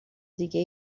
دیگه